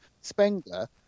Spengler